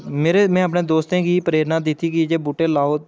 मेरे में अपने दोस्तें गी प्ररेणा दित्ती जे बूह्टे लाओ